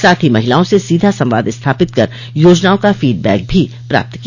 साथ ही महिलाओं से सीधा संवाद स्थपित कर योजनाओं का फीडबैक भी प्राप्त किया